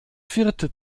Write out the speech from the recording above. vierte